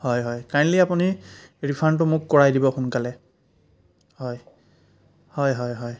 হয় হয় কাইণ্ডলি আপুনি ৰিফাণ্ডটো মোক কৰাই দিব সোনকালে হয় হয় হয় হয়